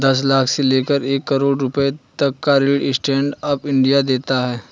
दस लाख से लेकर एक करोङ रुपए तक का ऋण स्टैंड अप इंडिया देता है